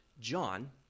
John